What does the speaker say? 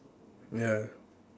ya